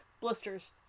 Blisters